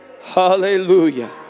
hallelujah